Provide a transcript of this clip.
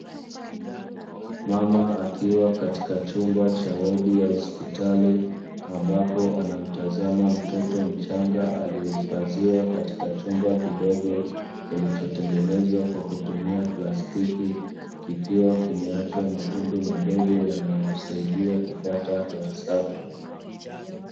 Mama akiwa katika chumba cha wodi ya hospitali ambapo anamtazama mtoto mchanga aliyehifadhiwa katika chumba kidogo kilichotengenezwa kwa kutumia plastiki, kikiwa kimeachwa matundu madogo yanayomsaidia kupata hewa safi